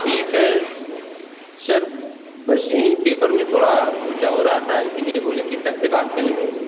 ठीक है सर बस यही पेपर में थोड़ा लोचा हो रहा था इसीलिए बोले कि सर से बात कर लें